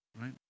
right